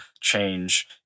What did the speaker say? change